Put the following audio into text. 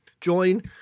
join